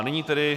Nyní tedy...